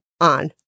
on